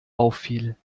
auffiel